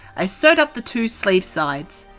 i sew up the two sleeve sides.